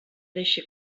deixe